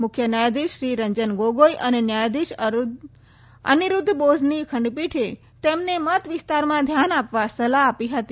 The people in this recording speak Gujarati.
મુખ્ય ન્યાયાધીશ શ્રી રંજન ગોગોઈ અને ન્યાયાધીશ અનિરૂધ્ધ બોઝની ખંડપીઠે તેમને મત વિસ્તારમાં ધ્યાન આપવા સલાહ આપી હતી